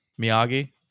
Miyagi